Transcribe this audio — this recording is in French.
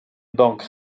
banque